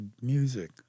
music